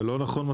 לא נכון.